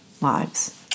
lives